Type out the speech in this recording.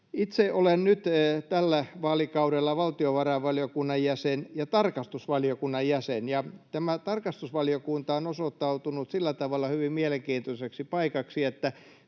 Itse olen nyt tällä vaalikaudella valtiovarainvaliokunnan jäsen ja tarkastusvaliokunnan jäsen. Tämä tarkastusvaliokunta on osoittautunut sillä tavalla hyvin mielenkiintoiseksi paikaksi, että